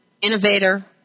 innovator